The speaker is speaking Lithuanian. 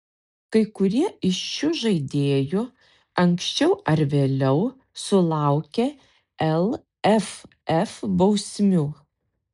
kai kurie iš šių žaidėjų anksčiau ar vėliau sulaukė lff bausmių